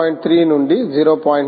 3 నుండి 0